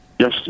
Yes